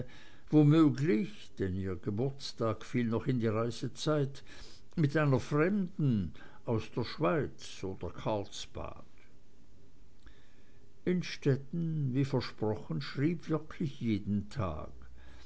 womöglich denn ihr geburtstag fiel noch in die reisezeit mit einer fremden aus der schweiz oder karlsbad innstetten wie versprochen schrieb wirklich jeden tag